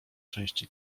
części